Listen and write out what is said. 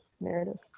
narrative